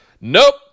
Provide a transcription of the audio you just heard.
Nope